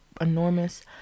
enormous